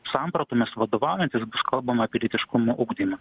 sampratomis vadovaujantis bus kalbama apie lytiškumo ugdymą